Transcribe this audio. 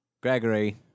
Gregory